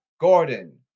Gordon